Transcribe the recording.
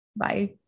Bye